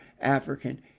African